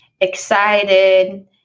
excited